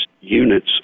units